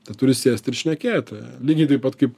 tad turi sėst ir šnekėti lygiai taip pat kaip